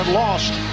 lost